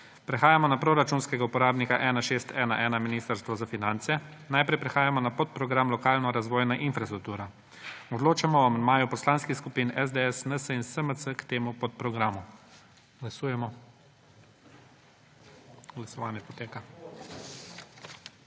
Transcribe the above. Prehajamo na proračunskega uporabnika 1611 – Ministrstvo za finance. Najprej prehajamo na podprogram Lokalno razvoja infrastruktura. Odločamo o amandmaju poslanskih skupin SDS, NSi in SMC k temu podprogramu. Glasujemo. Navzočih je